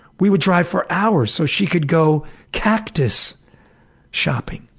we would drive for hours so she could go cactus shopping.